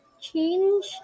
change